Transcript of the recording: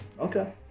Okay